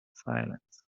silence